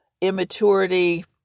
immaturity